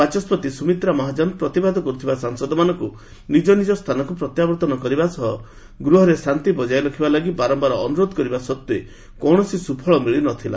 ବାଚସ୍କତି ସୁମିତ୍ରା ମହାଜନ ପ୍ରତିବାଦ କରୁଥିବା ସାଂସଦମାନଙ୍କୁ ନିଜ ନିଜ ସ୍ଥାନକୁ ପ୍ରତ୍ୟାବର୍ତ୍ତନ କରିବା ସହ ଗୃହରେ ଶାନ୍ତି ବଜାୟ ରଖିବା ଲାଗି ବାରମ୍ଭାର ଅନୁରୋଧ କରିବା ସତ୍ତ୍ୱେ କୌଣସି ସୁଫଳ ମିଳି ନ ଥିଲା